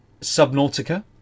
Subnautica